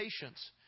patience